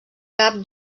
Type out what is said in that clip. cap